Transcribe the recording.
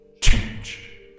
change